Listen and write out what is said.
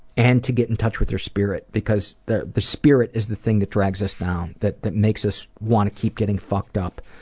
and to get in touch with their spirit, because the the spirit is the thing that drags us down, that that makes us want to keep getting fucked up.